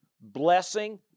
blessing